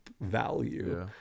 value